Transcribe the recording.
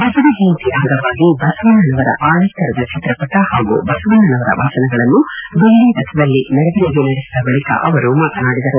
ಬಸವ ಜಯಂತಿ ಅಂಗವಾಗಿ ಬಸವಣ್ಣನವರ ಆಳೆತ್ತರದ ಚಿತ್ರಪಟ ಹಾಗೂ ಬಸವಣ್ಣವರ ವಚನಗಳನ್ನು ಬೆಳ್ಳ ರಥದಲ್ಲಿ ಮೆರವಣಿಗೆ ನಡೆಸಿದ ಬಳಿಕ ಅವರು ಮಾತನಾಡಿದರು